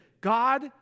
God